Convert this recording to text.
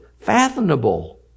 fathomable